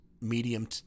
medium